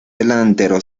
delantero